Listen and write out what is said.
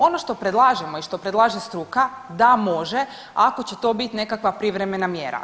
Ono što predlažemo i što predlaže struka da može ako će to bit nekakva privremene mjera.